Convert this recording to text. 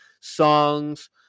songs